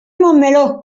montmeló